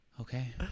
Okay